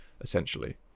essentially